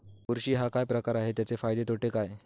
बुरशी हा काय प्रकार आहे, त्याचे फायदे तोटे काय?